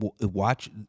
watch